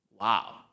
wow